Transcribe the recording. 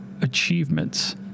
achievements